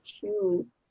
choose